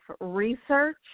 research